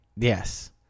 Yes